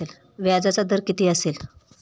व्याजाचा दर किती असेल?